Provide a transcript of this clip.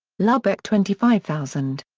lubeck twenty five thousand.